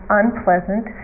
unpleasant